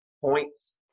points